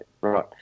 Right